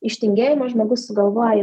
iš tingėjimo žmogus sugalvoja